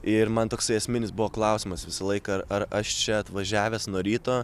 ir man toksai esminis buvo klausimas visą laiką ar aš čia atvažiavęs nuo ryto